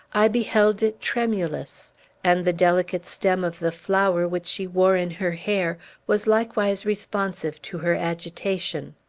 i beheld it tremulous and the delicate stem of the flower which she wore in her hair was likewise responsive to her agitation.